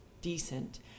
decent